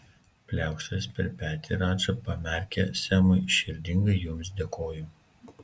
pliaukštelėjęs per petį radža pamerkė semui širdingai jums dėkoju